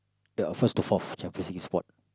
the uh first to fourth Champions League spot